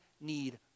need